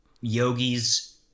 yogis